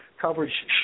coverage